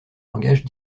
langage